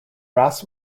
brass